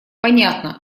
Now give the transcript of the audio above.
понятно